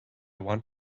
want